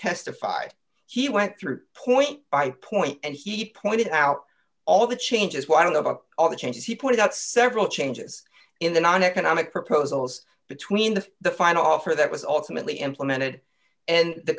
testified he went through point by point and he pointed out all the changes well i don't know about all the changes he put out several changes in the non economic proposals between the the final offer that was ultimately implemented and the